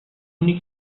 اونی